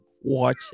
watch